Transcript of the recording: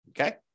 Okay